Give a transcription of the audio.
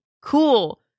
cool